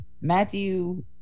Matthew